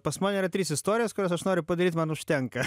pas mane yra trys istorijos kurios aš noriu padaryt man užtenka